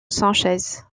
sánchez